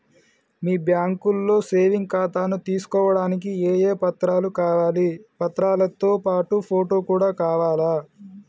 మీ బ్యాంకులో సేవింగ్ ఖాతాను తీసుకోవడానికి ఏ ఏ పత్రాలు కావాలి పత్రాలతో పాటు ఫోటో కూడా కావాలా?